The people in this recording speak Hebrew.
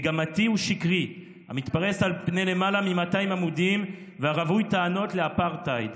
מגמתי ושקרי שמתפרס על פני למעלה מ-200 עמודים ורווי טענות לאפרטהייד